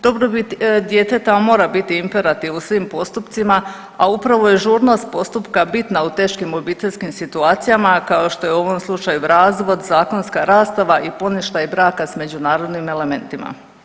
Dobrobit djeteta mora biti imperativ u svim postupcima, a upravo je žurnost postupka bitna u teškim obiteljskim situacijama, kao što je u ovom slučaju razvod, zakonska zastava i poništaj braka s međunarodnim elementima.